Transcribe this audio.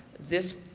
this